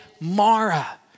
Mara